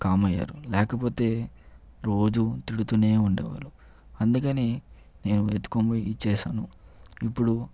com అయ్యారు లేకపోతే రోజు తిడుతూనే ఉండేవారు అందుకనే నేను ఎత్తుకొని పోయి ఇచ్చేశాను ఇప్పుడు